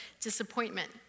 disappointment